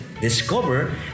discover